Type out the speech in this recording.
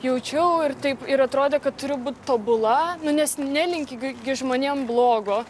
jaučiau ir taip ir atrodė kad turiu būt tobula nu nes nelinki gi žmonėm blogo